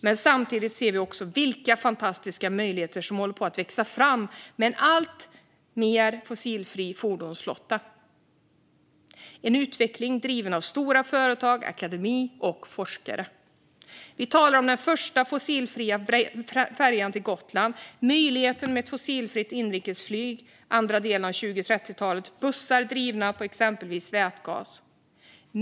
Men samtidigt ser vi vilka fantastiska möjligheter som håller på att växa fram med en alltmer fossilfri fordonsflotta. Det är en utveckling som är driven av stora företag, akademi och forskare. Vi talar om den första fossilfria färjan till Gotland, om möjligheten till ett fossilfritt inrikesflyg under andra delen av 2030-talet och om bussar drivna av exempelvis vätgas.